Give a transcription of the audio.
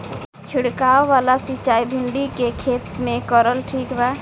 छीरकाव वाला सिचाई भिंडी के खेती मे करल ठीक बा?